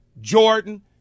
Jordan